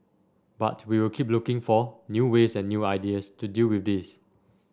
but we will keep looking for new ways and new ideas to deal with this